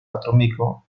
atómico